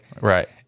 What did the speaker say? Right